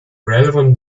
relevant